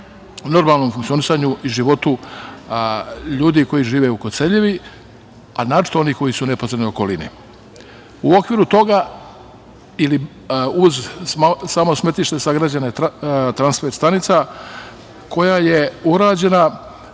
normalnom funkcionisanju i životu ljudi koji žive u Koceljevi, a naročito oni koji su u neposrednoj okolini.U okviru toga ili uz samo smetlište sagrađena je transfer stanica koja je urađena